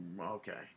Okay